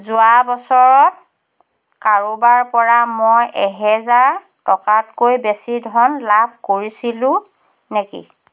যোৱা বছৰত কাৰোবাৰ পৰা মই এহেজাৰ টকাতকৈ বেছি ধন লাভ কৰিছিলোঁ নেকি